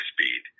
speed